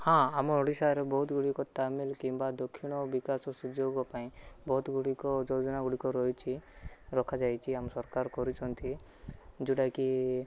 ହଁ ଆମ ଓଡ଼ିଶାରୁ ବହୁତ ଗୁଡ଼ିକ ତାମିଲ କିମ୍ବା ଦକ୍ଷିଣ ବିକାଶ ସୁଯୋଗ ପାଇଁ ବହୁତ ଗୁଡ଼ିକ ଯୋଜନା ଗୁଡ଼ିକ ରହିଛି ରଖାଯାଇଛି ଆମ ସରକାର କରିଛନ୍ତି ଯେଉଁଟାକି